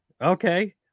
Okay